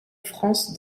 france